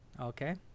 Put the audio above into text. Okay